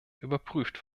überprüft